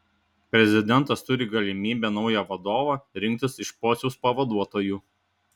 prezidentas turi galimybę naują vadovą rinktis iš pociaus pavaduotojų